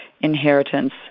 inheritance